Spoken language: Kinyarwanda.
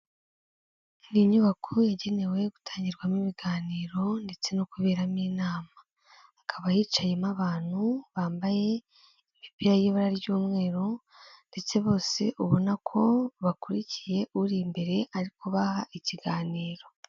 Ni inyubako yagenewe gutangirwamo ibiganiro ndetse no kuberamo inama. Hakaba Hicayemo abantu bambaye imipira y'ibara ry'umweru ndetse bose ubona ko bakurikiye uri imbere, ari kubaha ikiganiro.